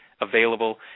available